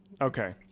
Okay